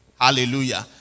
Hallelujah